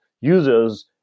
users